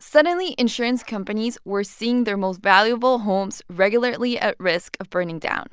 suddenly, insurance companies were seeing their most valuable homes regularly at risk of burning down.